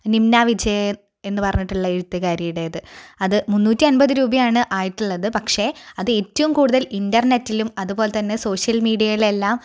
നിമ്നാ വിജയൻ എന്ന് പറഞ്ഞിട്ടുള്ള എഴുത്തുകാരിയുടേത് അത് മുന്നൂറ്റി അൻപത് രൂപയാണ് ആയിട്ടുള്ളത് പക്ഷേ അത് ഏറ്റവും കൂടുതൽ ഇൻറ്റർനെറ്റിലും അതുപോലെ തന്നെ സോഷ്യൽ മീഡിയയിലെല്ലാം